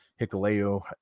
Hikaleo